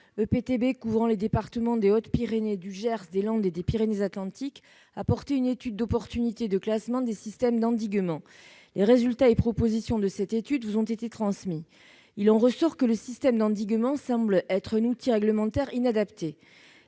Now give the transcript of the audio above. EPTB couvrant les départements des Hautes-Pyrénées, du Gers, des Landes et des Pyrénées-Atlantiques, a lancé une étude d'opportunité de classement des systèmes d'endiguement. Les résultats et propositions de cette étude vous ont été transmis. Il en ressort que le système d'endiguement semble être un outil réglementaire inadapté.